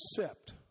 accept